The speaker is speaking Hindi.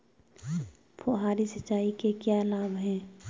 फुहारी सिंचाई के क्या लाभ हैं?